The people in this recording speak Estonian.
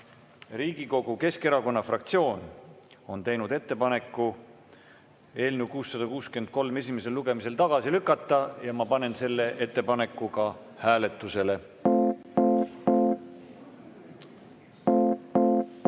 Riigikogu Keskerakonna fraktsioon on teinud ettepaneku eelnõu 663 esimesel lugemisel tagasi lükata ja ma panen selle ettepaneku hääletusele. Austatud